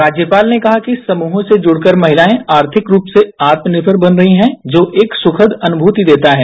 राज्यपाल ने कहा कि समूहों से जुड़कर महिलाए आर्थिक रूप से आत्मनिर्मेर बन रही हैं जो एक सुखद अनुभूति देता है